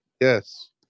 Yes